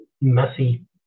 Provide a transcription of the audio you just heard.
messy